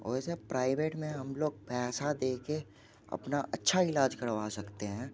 वैसे प्राइवेट में हम लोग पैसा दे कर अपना अच्छा इलाज करवा सकते हैं